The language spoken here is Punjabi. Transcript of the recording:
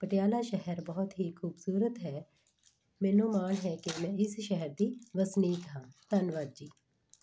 ਪਟਿਆਲਾ ਸ਼ਹਿਰ ਬਹੁਤ ਹੀ ਖੂਬਸੂਰਤ ਹੈ ਮੈਨੂੰ ਮਾਣ ਹੈ ਕਿ ਮੈਂ ਇਸ ਸ਼ਹਿਰ ਦੀ ਵਸਨੀਕ ਹਾਂ ਧੰਨਵਾਦ ਜੀ